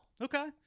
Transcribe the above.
Okay